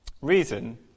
reason